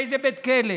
באיזה בית כלא.